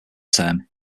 term